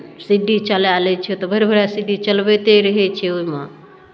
C D चलाए लैत छियै तऽ भरि भरि राति सी डी चलबैते रहैत छै ओहिमे